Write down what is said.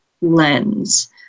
lens